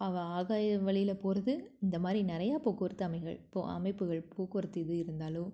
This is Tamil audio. ஆவ ஆகாய வழியில போவது இந்த மாதிரி நிறையா போக்குவரத்து அமைகள் போ அமைப்புகள் போக்குவரத்து இது இருந்தாலோ